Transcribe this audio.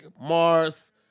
Mars